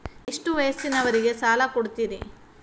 ಎಷ್ಟ ವಯಸ್ಸಿನವರಿಗೆ ಸಾಲ ಕೊಡ್ತಿರಿ?